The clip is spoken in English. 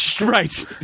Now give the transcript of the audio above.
Right